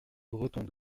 bretons